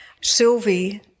Sylvie